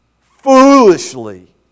foolishly